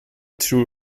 true